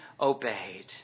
obeyed